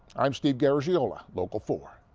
i'm steve garagiola, local four.